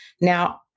Now